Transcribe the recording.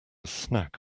snack